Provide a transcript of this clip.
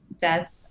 death